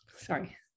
Sorry